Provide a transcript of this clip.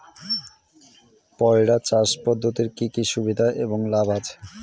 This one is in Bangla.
পয়রা চাষ পদ্ধতির কি কি সুবিধা এবং লাভ আছে?